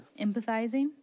Empathizing